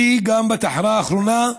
וגם בתחנה האחרונה,